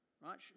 right